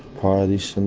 parties.